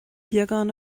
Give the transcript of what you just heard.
beagán